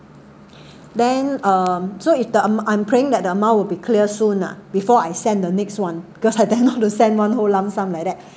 then and uh so if the am~ I'm praying that the amount will be clear soon ah before I sent the next one because I dare not to send one whole lump sum like that